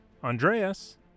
Andreas